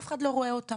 אף אחד לא רואה אותן.